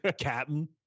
Captain